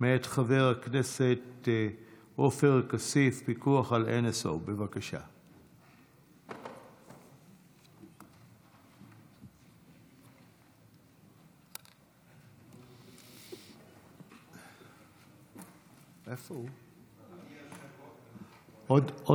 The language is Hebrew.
מאת חבר הכנסת עופר כסיף: פיקוח על NSO. בבקשה.